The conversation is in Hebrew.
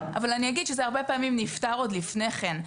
אבל אני אגיד שזה הרבה פעמים נפתר עוד לפני כן.